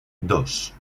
dos